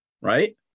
right